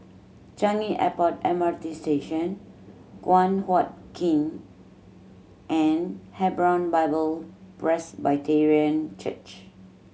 Changi Airport M R T Station Guan Huat Kiln and Hebron Bible Presbyterian Church